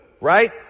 right